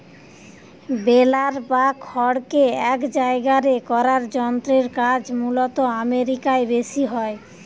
বেলার বা খড়কে এক জায়গারে করার যন্ত্রের কাজ মূলতঃ আমেরিকায় বেশি হয়